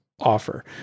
offer